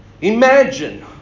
Imagine